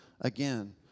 again